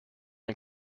and